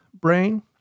brain